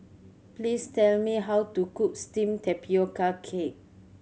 please tell me how to cook steamed tapioca cake